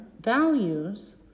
values